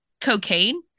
cocaine